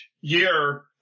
year